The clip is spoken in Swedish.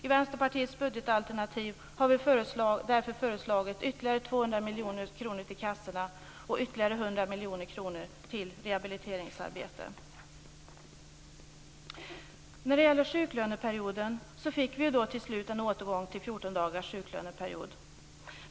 I Vänsterpartiets budgetalternativ har vi därför föreslagit ytterligare 200 miljoner kronor till kassorna och ytterligare 100 miljoner kronor till rehabiliteringsarbete. När det gäller sjuklöneperioden fick vi till slut en återgång till 14 dagars sjuklöneperiod.